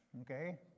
okay